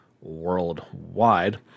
worldwide